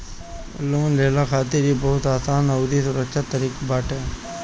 loan लेहला खातिर इ बहुते आसान अउरी सुरक्षित तरीका बाटे